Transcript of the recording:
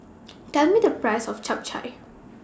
Tell Me The Price of Chap Chai